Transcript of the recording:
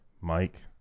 Mike